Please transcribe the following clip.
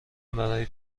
برای